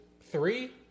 three